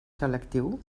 selectiu